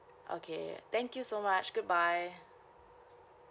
okay thank you so much goodbye